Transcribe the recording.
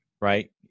Right